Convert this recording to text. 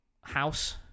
house